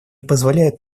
позволяет